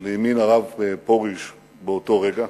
לימין הרב פרוש באותו רגע.